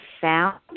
found